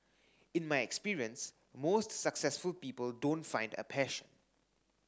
in my experience most successful people don't find a passion